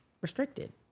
restricted